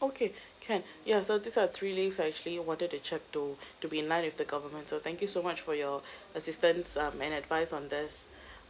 okay can ya so these are the three leaves I actually wanted to check to to be in line with the government so thank you so much for your assistance um and advice on these